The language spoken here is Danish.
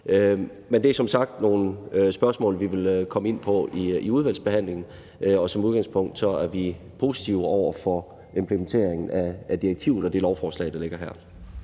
Men det er som sagt nogle spørgsmål, vi vil komme ind på i udvalgsbehandlingen, og som udgangspunkt er vi positive over for implementeringen af direktivet og det lovforslag, der ligger her.